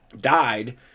died